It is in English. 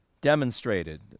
Demonstrated